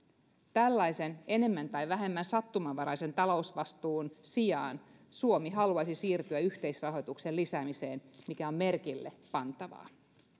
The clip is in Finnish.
tällaisen enemmän tai vähemmän sattumanvaraisen talousvastuun sijaan suomi haluaisi siirtyä yhteisrahoituksen lisäämiseen mikä on merkille pantavaa